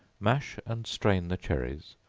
mash and strain the cherries,